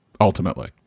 ultimately